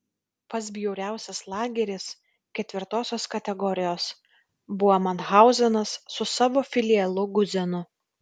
pats bjauriausias lageris ketvirtosios kategorijos buvo mathauzenas su savo filialu guzenu